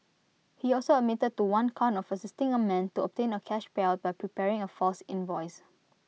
he also admitted to one count of assisting A man to obtain A cash payout by preparing A false invoice